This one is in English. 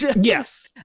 Yes